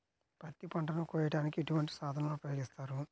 పత్తి పంటను కోయటానికి ఎటువంటి సాధనలు ఉపయోగిస్తారు?